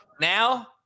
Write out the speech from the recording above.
Now